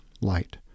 light